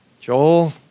Joel